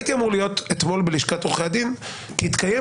הייתי אמור להיות אתמול בלשכת עורכי הדין כי התקיים